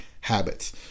habits